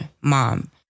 mom